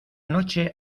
noche